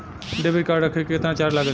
Debit card रखे के केतना चार्ज लगेला?